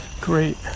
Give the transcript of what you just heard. Great